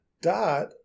Dot